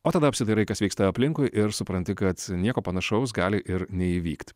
o tada apsidairai kas vyksta aplinkui ir supranti kad nieko panašaus gali ir neįvykt